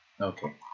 Okay